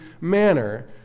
manner